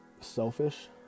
selfish